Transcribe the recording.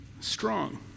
strong